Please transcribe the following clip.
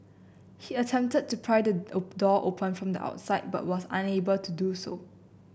he attempted to pry the door open from the outside but was unable to do so